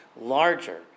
larger